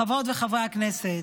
חברות וחברי הכנסת,